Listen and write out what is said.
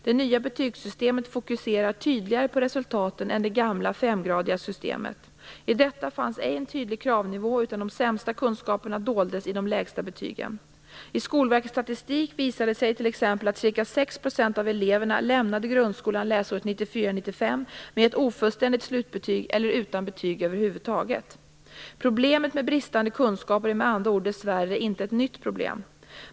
Det nya betygssystemet fokuserar tydligare på resultaten än det gamla femgradiga systemet. I detta fanns ej en tydlig kravnivå, utan de sämsta kunskaperna doldes i de lägsta betygen. I Skolverkets statistik visar det sig t.ex. att ca 6 % av eleverna lämnade grundskolan läsåret 1994/95 med ett ofullständigt slutbetyg eller utan betyg över huvud taget. Problemet med bristande kunskaper är med andra ord dessvärre inte ett nytt problem.